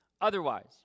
otherwise